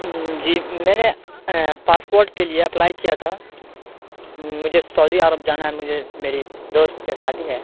جی میں نے پاسپورٹ کے لیے اپلائی کیا تھا مجھے سعودیہ عرب جانا ہے مجھے میری دوست کے شادی ہے